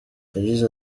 yagize